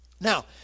Now